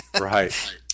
Right